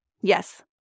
Yes